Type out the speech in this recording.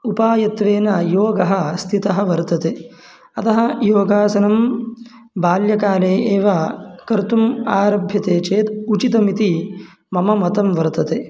उपायत्वेन योगः स्थितः वर्तते अतः योगासनं बाल्यकाले एव कर्तुम् आरभ्यते चेत् उचितमिति मम मतं वर्तते